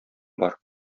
бар